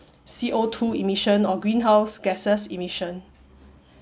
C_O two emission or greenhouse gases emission